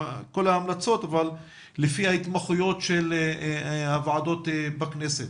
ההמלצות, לפי ההתמחויות של הוועדות בכנסת.